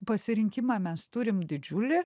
pasirinkimą mes turim didžiulį